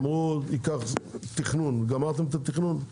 אמרו שייקח זמן לתכנן, גמרתם את התכנון?